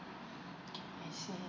I see